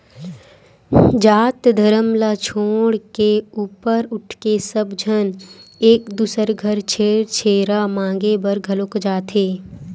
जात धरम ल छोड़ के ऊपर उठके सब झन एक दूसर घर छेरछेरा मागे बर घलोक जाथे